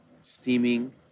steaming